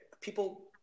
people